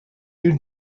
you